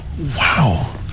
Wow